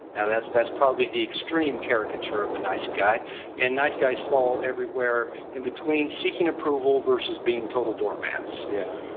now that's that's probably the extreme characteristics of a nice guy and nice guy fall everywhere in between seeking approval versus being total doormats yeah,